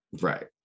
Right